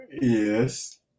Yes